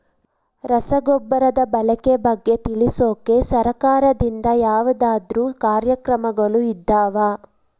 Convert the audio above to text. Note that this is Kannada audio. ರಸಗೊಬ್ಬರದ ಬಳಕೆ ಬಗ್ಗೆ ತಿಳಿಸೊಕೆ ಸರಕಾರದಿಂದ ಯಾವದಾದ್ರು ಕಾರ್ಯಕ್ರಮಗಳು ಇದಾವ?